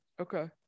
Okay